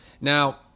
Now